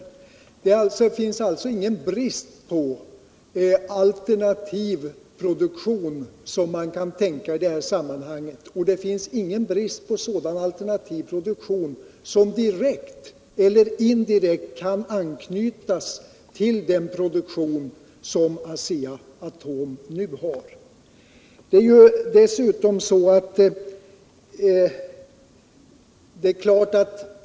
Det finns alltså ingen brist på alternativ produktion, som man kan tänka sig i detta sammanhang, och det finns ingen brist på sådan alternativ produktion som direkt eller indirekt kan anknyta till den produktion som Asea-Atom nu har.